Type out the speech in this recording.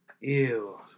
Ew